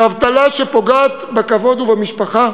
מאבטלה, שפוגעת בכבוד ובמשפחה,